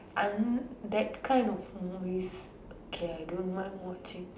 um that kind of movies okay I don't mind watching